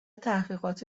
تحقیقات